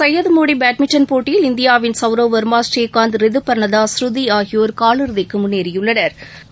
சையதுமோடிபேட்மிண்டன் போட்டியில் இந்தியாவின் சவ்ரவ் வா்மா ஸ்ரீஷந்த் ரிதுபா்னதாஸ் ஸ்ருதிஆகியோா் கால் இறுதிக்குழுன்னேறியுள்ளனா்